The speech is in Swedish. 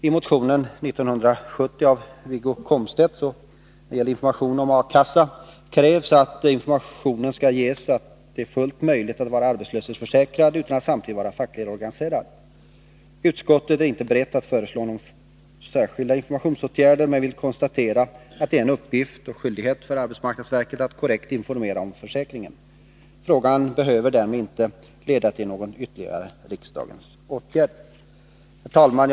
I motionen 1970 av Wiggo Komstedt krävs att information skall ges om att det är fullt möjligt att vara arbetslöshetsförsäkrad utan att samtidigt vara fackligt organiserad. Utskottet är inte berett att föreslå några särskilda informationsåtgärder, men vill konstatera att det är en uppgift och skyldighet för arbetsmarknadsverket att korrekt informera om försäkringen. Frågan behöver därmed inte leda till någon ytterligare riksdagens åtgärd. Herr talman!